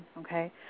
Okay